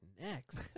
Next